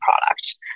product